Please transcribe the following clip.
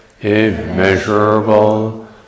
immeasurable